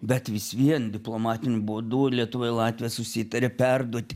bet vis vien diplomatiniu būdu lietuva i latvija susitarė perduoti